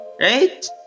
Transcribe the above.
right